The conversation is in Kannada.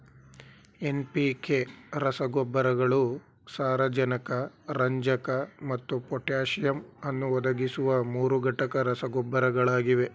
ಎನ್.ಪಿ.ಕೆ ರಸಗೊಬ್ಬರಗಳು ಸಾರಜನಕ ರಂಜಕ ಮತ್ತು ಪೊಟ್ಯಾಸಿಯಮ್ ಅನ್ನು ಒದಗಿಸುವ ಮೂರುಘಟಕ ರಸಗೊಬ್ಬರಗಳಾಗಿವೆ